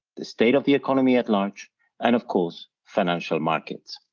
the state of the economy at large and of course, financial markets.